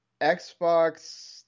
Xbox